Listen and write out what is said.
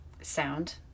sound